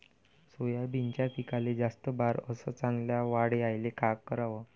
सोयाबीनच्या पिकाले जास्त बार अस चांगल्या वाढ यायले का कराव?